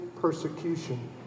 persecution